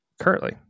Currently